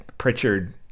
Pritchard